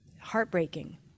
heartbreaking